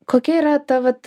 kokia yra ta vat